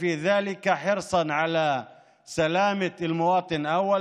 בכך אנו שומרים בראש ובראשונה על בריאות האזרח,